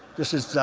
this is